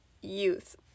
youth